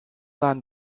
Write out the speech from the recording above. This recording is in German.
waren